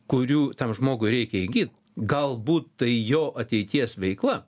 kurių tam žmogui reikia įgyt galbūt tai jo ateities veikla